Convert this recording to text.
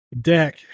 deck